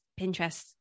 Pinterest